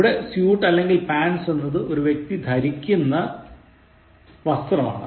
ഇവിടെ സ്യൂട്ട് അല്ലെങ്കിൽ പാന്റ്സ് എന്നത് ഒരു വ്യക്തി ധരിക്കുന്ന വസ്ത്രമാണ്